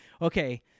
okay